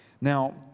Now